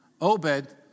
Obed